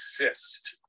exist